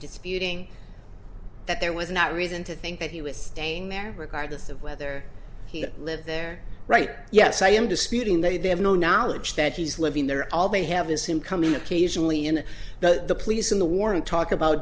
disputing that there was not reason to think that he was staying there regardless of whether he lived there right yes i am disputing they have no knowledge that he was living there all they have is him coming occasionally in the police in the warrant talk about